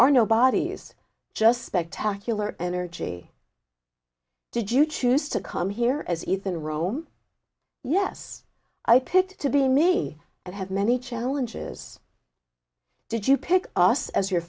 are no bodies just spectacular energy did you choose to come here as ethan rome yes i picked to be me i have many challenges did you pick us as your